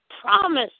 promise